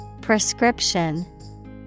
Prescription